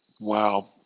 Wow